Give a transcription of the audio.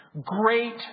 Great